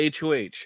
HOH